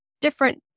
different